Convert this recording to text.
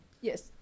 Yes